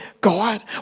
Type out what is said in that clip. God